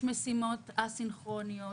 יש משימות אסינכרוניות,